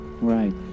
Right